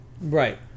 Right